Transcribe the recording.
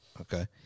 Okay